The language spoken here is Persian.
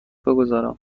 بگذارم